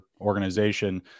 organization